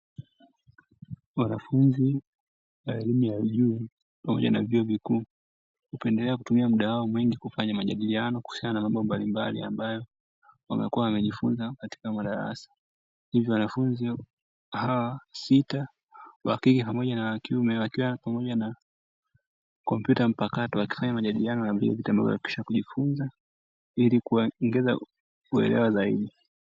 Wanafunzi wa elimu ya juu pamoja na vyuo vikuu, hupendelea kutumia muda wao mwingi kufanya majadiliano kuhusiana na mambo mbalimbali ambayo wamekuwa wamejifunza katika madarasa, hivyo wanafunzi hawa sita wa kike pamoja na kiume wakiwa pamoja na kompyuta mpakato, akifanya majadiliano ya vile vitu ambavyo wamekwisha kujifunza ili kuongeza kuelewa zaidi.